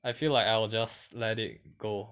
I feel like I will just let it go